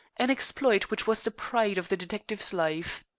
an exploit which was the pride of the detective's life.